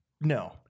No